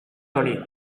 honi